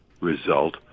result